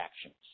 actions